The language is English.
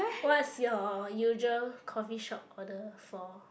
what's your usual coffeeshop order for